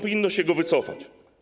Powinno się go wycofać.